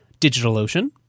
DigitalOcean